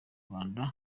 rwanda